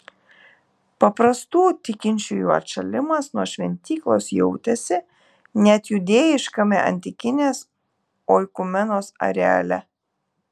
paprastų tikinčiųjų atšalimas nuo šventyklos jautėsi net judėjiškame antikinės oikumenos areale